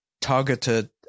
targeted